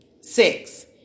Six